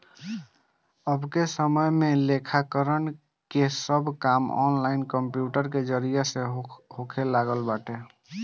अबके समय में लेखाकरण के सब काम ऑनलाइन कंप्यूटर के जरिया से होखे लागल बाटे